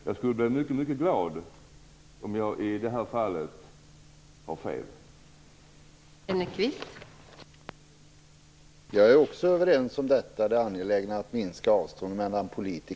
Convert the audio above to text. Jag skulle bli mycket glad om jag i det här fallet hade fel.